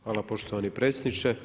Hvala poštovani predsjedniče.